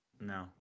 No